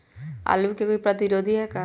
आलू के कोई प्रतिरोधी है का?